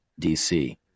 dc